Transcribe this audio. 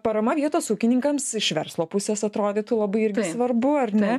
parama vietos ūkininkams iš verslo pusės atrodytų labai svarbu ar ne